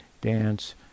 dance